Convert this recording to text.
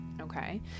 Okay